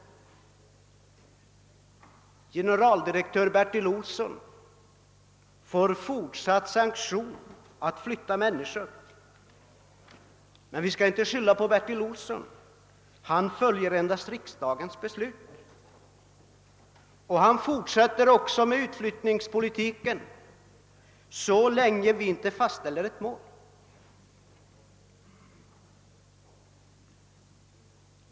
Generaldirektör Bertil Olsson får fortsatt sanktion för att flytta människor. Men vi skall inte skylla på Bertil Olsson. Han följer endast riksdagens beslut, och han fortsätter också med utflyttningspolitiken, så länge vi inte fastställer ett mål.